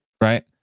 right